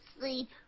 sleep